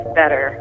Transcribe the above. better